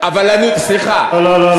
לא לא,